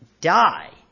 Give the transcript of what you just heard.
die